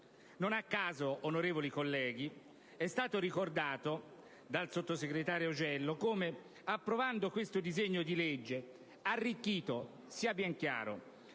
Non a caso, onorevoli colleghi, è stato ricordato dal sottosegretario Augello come, approvando questo disegno di legge - arricchito, sia ben chiaro,